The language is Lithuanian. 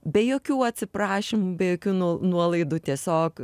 be jokių atsiprašymų be jokių nuo nuolaidų tiesiog